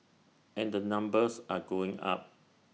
and the numbers are going up